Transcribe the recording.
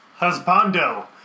Husbando